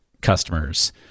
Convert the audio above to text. customers